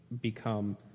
become